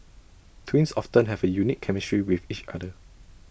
twins often have A unique chemistry with each other